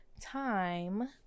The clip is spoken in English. time